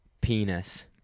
Penis